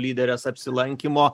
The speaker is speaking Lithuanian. lyderės apsilankymo